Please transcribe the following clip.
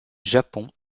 japon